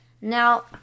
Now